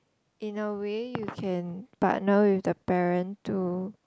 in a way you can partner with the parent to